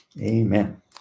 Amen